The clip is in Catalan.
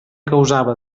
causava